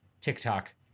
TikTok